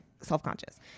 self-conscious